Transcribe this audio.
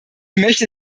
möchte